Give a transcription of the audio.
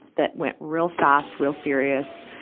that went real fast, real furious,